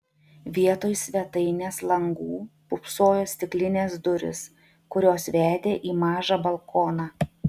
vietoj svetainės langų pūpsojo stiklinės durys kurios vedė į mažą balkoną